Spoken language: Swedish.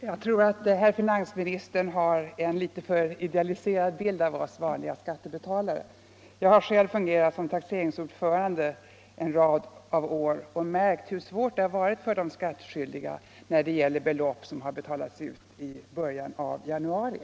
Herr talman! Jag tror att finansministern har en litet för idealiserad Tisdagen den bild av oss vanliga skattebetalare. Jag har själv fungerat som taxerings 11 februari 1975 nämndsordförande under en rad år och märkt hur svårt det varit för. I de skattskyldiga när det gällt belopp som betalats ut i början av januari.